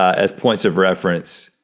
as points of reference